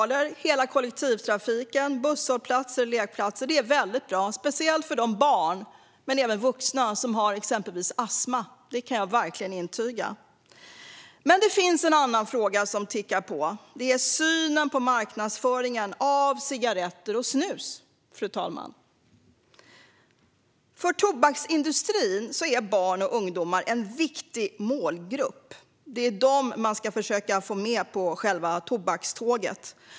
Det blir rökfritt i hela kollektivtrafiken, och det gäller busshållplatser och även lekplatser. Det är väldigt bra, speciellt för barn men även vuxna som har exempelvis astma. Det kan jag verkligen intyga. Det finns dock en annan fråga som tickar på. Det gäller synen på marknadsföringen av cigaretter och snus, fru talman. För tobaksindustrin är barn och ungdomar en viktig målgrupp. Det är dem man ska försöka få med på tobakståget.